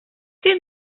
què